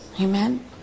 Amen